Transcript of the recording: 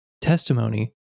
Testimony